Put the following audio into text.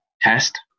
test